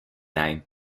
name